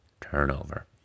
turnover